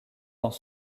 dans